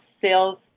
sales